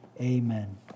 Amen